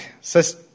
says